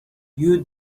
you